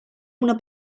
una